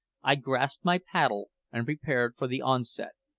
i grasped my paddle and prepared for the onset.